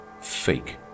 fake